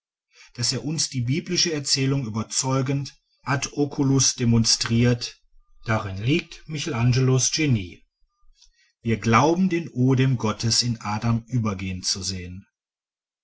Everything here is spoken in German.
daß er uns die biblische erzählung überzeugend ad oculus demonstriert darin liegt michelangelos genie wir glauben den odem gottes in adam übergehen zu sehen